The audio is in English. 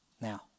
Now